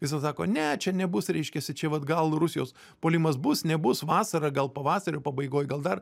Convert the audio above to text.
visad sako ne čia nebus reiškiasi čia vat gal rusijos puolimas bus nebus vasarą gal pavasario pabaigoj gal dar